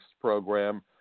program